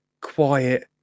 quiet